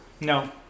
No